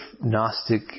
Gnostic